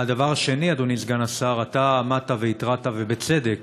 הדבר השני, אדוני סגן השר, עמדת והתרעת, ובצדק,